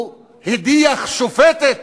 הוא הדיח שופטת